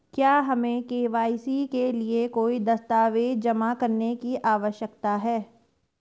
क्या हमें के.वाई.सी के लिए कोई दस्तावेज़ जमा करने की आवश्यकता है?